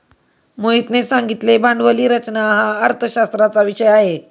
मोहितने सांगितले भांडवली रचना हा अर्थशास्त्राचा विषय आहे